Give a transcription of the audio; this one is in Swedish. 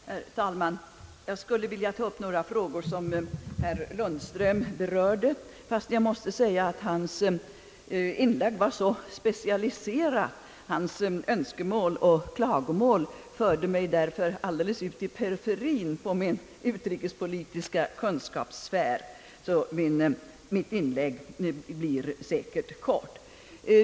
Herr talman! Jag skulle vilja ta upp några frågor som herr Lundström berörde, fastän jag måste säga att hans. inlägg var utomordentligt specialiserat. Hans önskemål och klagomål förde mig därför ända ut i periferien av min utrikespolitiska kunskapssfär, så mitt inlägg blir säkert kort.